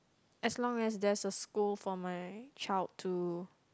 as long as there's a school for my child to